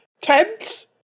Tents